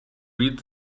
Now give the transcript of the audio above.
read